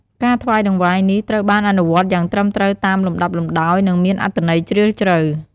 ការថ្វាយតង្វាយនេះ ត្រូវបានអនុវត្តន៍យ៉ាងត្រឹមត្រូវតាមលំដាប់លំដោយ និងមានអត្ថន័យជ្រាលជ្រៅ។